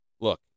Look